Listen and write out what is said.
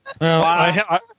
Wow